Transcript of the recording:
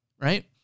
right